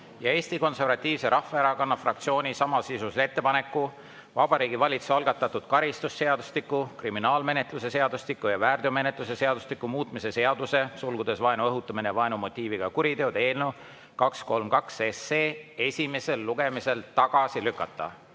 ja Eesti Konservatiivse Rahvaerakonna fraktsiooni samasisulise ettepaneku: Vabariigi Valitsuse algatatud karistusseadustiku, kriminaalmenetluse seadustiku ja väärteomenetluse seadustiku muutmise seaduse (vaenu õhutamine ja vaenumotiiviga kuriteod) eelnõu 232 esimesel lugemisel tagasi lükata.